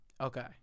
Okay